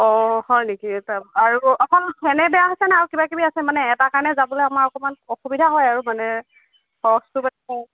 অঁ হয় নেকি তা আৰু অকল ফেনে বেয়া হৈছেনে আৰু কিবা কিবি আছে মানে অকল এটা কাৰণে যাবলৈ আমাৰ অকণমান অসুবিধা হয় আৰু মানে খৰচটো বেছি হয়